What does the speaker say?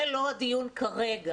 זה לא הדיון כרגע,